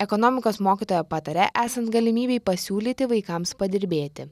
ekonomikos mokytoja pataria esant galimybei pasiūlyti vaikams padirbėti